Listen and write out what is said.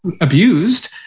abused